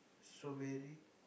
strawberry